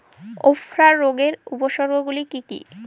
উফরা রোগের উপসর্গগুলি কি কি?